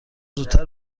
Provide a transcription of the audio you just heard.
زودتر